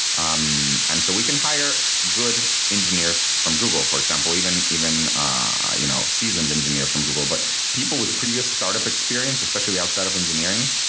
um and so we can hire good engineers from google, for example, even even you know seasoned engineers form google. but people with previous startup experience, especially outside of engineering,